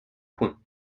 points